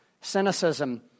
cynicism